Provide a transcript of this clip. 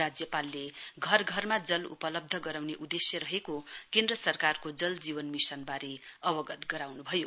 राज्यपालले घरघरमा जल उपलब्ध गराउने उदेश्य रहेको केन्द्र सरकारको जल जीवन मिशनवारे अवगत गराउनुभयो